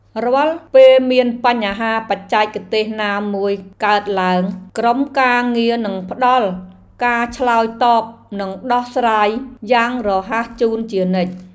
រាល់ពេលមានបញ្ហាបច្ចេកទេសណាមួយកើតឡើង ក្រុមការងារនឹងផ្តល់ការឆ្លើយតបនិងដោះស្រាយយ៉ាងរហ័សជូនជានិច្ច។